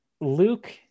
Luke